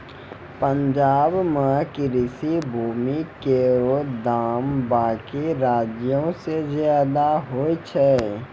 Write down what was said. पंजाब म कृषि भूमि केरो दाम बाकी राज्यो सें जादे होय छै